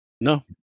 No